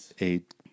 Eight